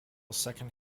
second